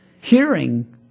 hearing